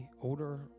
older